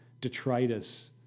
detritus